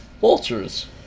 vultures